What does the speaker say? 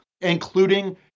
including